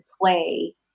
play